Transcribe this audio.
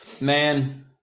man